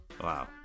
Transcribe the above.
Wow